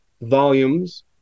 volumes